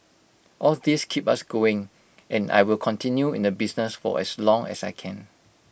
all these keep us going and I will continue in the business for as long as I can